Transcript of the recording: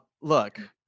Look